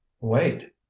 Wait